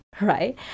right